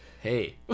hey